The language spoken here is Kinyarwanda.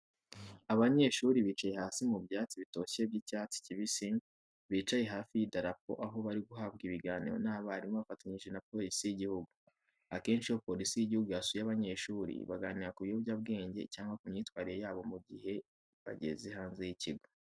Abanyeshuri bicaye hasi mu byatsi bitoshye by'icyatsi kibisi, bicaye hafi y'idarapo aho bari guhabwa ikiganiro n'abarimu bafatanyije na polisi y'igihugu. Akenshi iyo polisi y'igihugu yasuye abanyeshuri baganira ku biyobyabwenge cyangwa ku myitwarire yabo mu gihe bageze hanze y'ikigo.